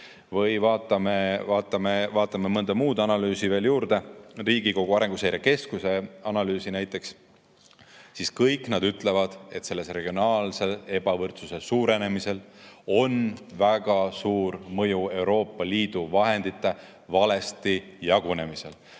või vaatame mõnda muud analüüsi veel juurde, Riigikogu Arenguseire Keskuse analüüsi näiteks – kõik need ütlevad, et regionaalse ebavõrdsuse suurenemisel on väga suur mõju Euroopa Liidu vahendite valesti jagunemisel.